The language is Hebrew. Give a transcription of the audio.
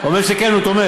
הוא אומר שכן, הוא תומך.